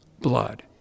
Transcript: blood